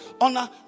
honor